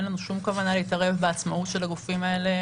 אין לנו שום כוונה להתערב בעצמאות הגופים האלה